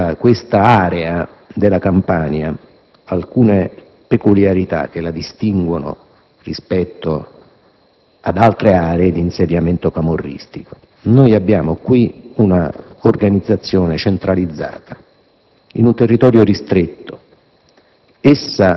presenta, infatti, alcune peculiarità che la distinguono rispetto ad altre aree di insediamento camorristico. Qui abbiamo un'organizzazione centralizzata in un territorio ristretto;